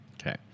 Okay